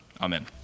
Amen